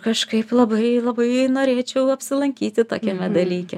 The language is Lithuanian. kažkaip labai labai norėčiau apsilankyti tokiame dalyke